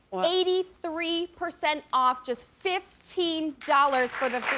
eighty three percent off, just fifteen dollars for the